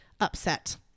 upset